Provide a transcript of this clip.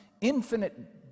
infinite